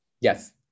Yes